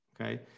okay